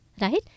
right